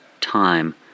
time